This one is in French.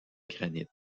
granit